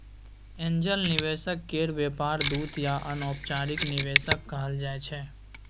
angel निवेशक केर व्यापार दूत या अनौपचारिक निवेशक कहल जाइ छै